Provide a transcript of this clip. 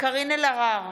קארין אלהרר,